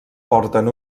porten